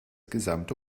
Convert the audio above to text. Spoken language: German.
gesamte